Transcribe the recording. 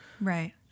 Right